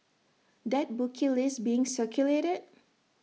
that bookie list being circulated